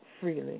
freely